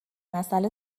مسئله